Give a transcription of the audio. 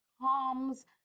calms